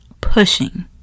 pushing